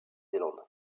zélande